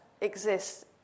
exist